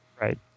Right